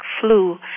flu